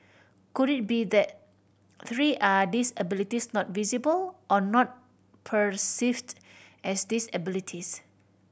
could it be that three are disabilities not visible or not perceived as disabilities